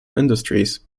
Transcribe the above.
industries